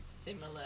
Similar